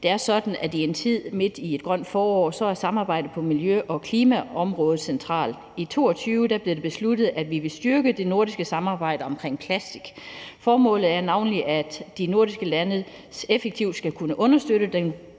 Vi er i en tid midt i et grønt forår, hvor samarbejdet på miljø- og klimaområdet er centralt. I 2022 blev det besluttet, at vi vil styrke det nordiske samarbejde omkring plastik. Formålet er navnlig, at de nordiske lande effektivt skal kunne understøtte den